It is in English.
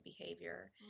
behavior